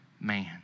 man